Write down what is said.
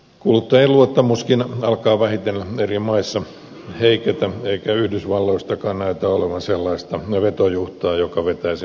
kuluttajien luottamuskin alkaa vähitellen eri maissa heiketä eikä yhdysvalloistakaan näytä olevan sellaiseksi vetojuhdaksi joka vetäisi maailmantalouden kasvuun